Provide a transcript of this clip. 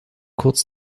kurz